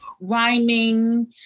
rhyming